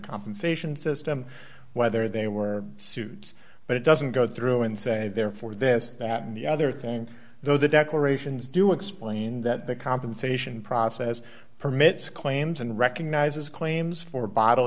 compensation system whether they were suits but it doesn't go through and say therefore this that and the other thing though the declarations do explain that the compensation process permits claims and recognizes claims for bo